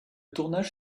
tournage